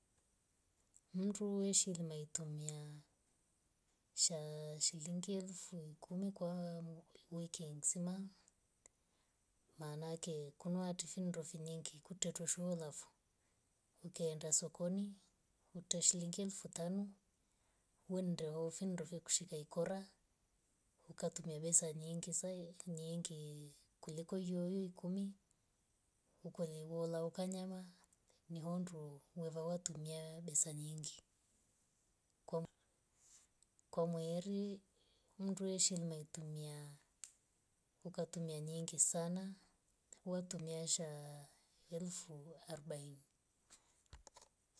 Mndu weshilima meitumia shaa shilingi elfu ikumi kwa wiki nzima maana ake kunuati findo finyenge kutwetwe sholafo. ukaenda sokoni uta shilingi elfu tano. wenda hoo findo ve kushika ikora. ukatumia besa nyingi saai yo nyingi kuliko iyo- iyo ikumi ukwalibda ukanyama. ni hondu welawa tumia besa nyingi kwa mweri mtu weshilima meitumia ukatumia nyingi sana watumia sha elfu arobaini.